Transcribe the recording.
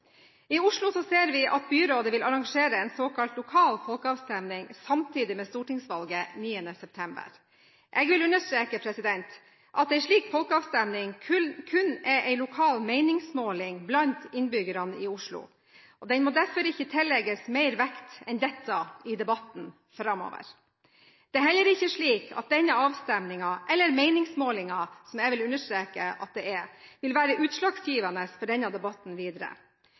I Oslo ser vi at byrådet vil arrangere en såkalt lokal folkeavstemning samtidig med stortingsvalget 9. september. Jeg vil understreke at en slik folkeavstemning kun er en lokal meningsmåling blant innbyggerne i Oslo. Den må derfor ikke tillegges mer vekt enn dette i debatten framover. Det er heller ikke slik at denne avstemningen – eller meningsmålingen, som jeg vil understeke at det er – vil være utslagsgivende for denne debatten videre.